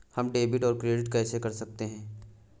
हम डेबिटऔर क्रेडिट कैसे कर सकते हैं?